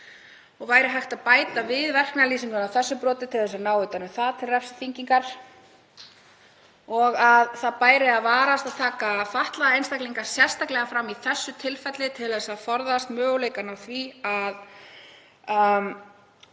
og væri hægt að bæta við verknaðarlýsingar á þessu broti til að ná utan um það til refsiþyngingar. Varast bæri að taka fatlaða einstaklinga sérstaklega fram í þessu tilfelli til að forðast möguleikana á því að